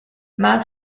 marr